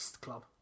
club